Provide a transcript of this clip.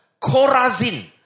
Chorazin